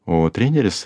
o treneris